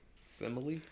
Simile